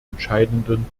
entscheidenden